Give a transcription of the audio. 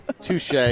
Touche